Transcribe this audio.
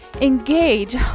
Engage